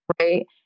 right